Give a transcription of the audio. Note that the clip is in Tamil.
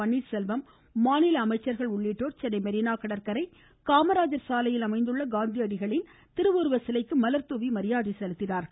பன்னீர்செல்வம் மாநில அமைச்சர்கள் உள்ளிட்டோர் சென்னை மெரினா கடற்கரை காமராஜர் சாலையில் அமைந்துள்ள காந்திஅடிகளின் திருவுருவ சிலைக்கு மலர்தூவி மரியாதை செலுத்தினார்கள்